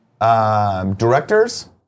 Directors